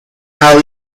how